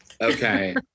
Okay